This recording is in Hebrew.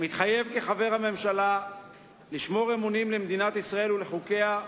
מתחייב כחבר הממשלה לשמור אמונים למדינת ישראל ולחוקיה,